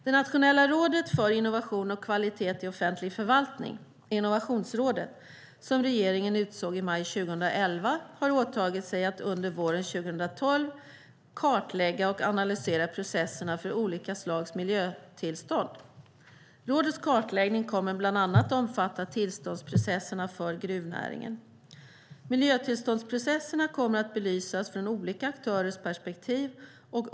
Det nationella rådet för innovation och kvalitet i offentlig förvaltning, Innovationsrådet, som regeringen utsåg i maj 2011, har åtagit sig att under våren 2012 kartlägga och analysera processerna för olika slags miljötillstånd. Rådets kartläggning kommer bland annat att omfatta tillståndsprocesserna för gruvnäringen. Miljötillståndsprocesserna kommer att belysas från olika aktörers perspektiv.